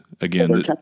Again